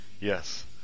Yes